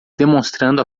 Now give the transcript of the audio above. demonstrando